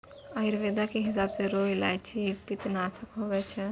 आयुर्वेद के हिसाब रो इलायची पित्तनासक हुवै छै